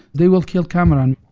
they will kill kamaran.